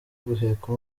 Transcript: guheka